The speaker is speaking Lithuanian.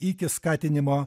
iki skatinimo